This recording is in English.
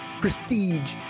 Prestige